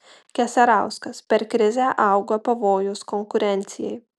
keserauskas per krizę auga pavojus konkurencijai